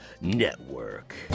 Network